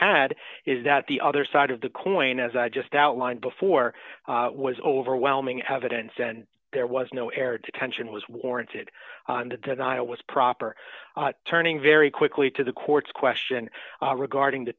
had is that the other side of the coin as i just outlined before was overwhelming evidence and there was no air detention was warranted and the denial was proper turning very quickly to the court's question regarding t